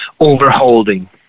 overholding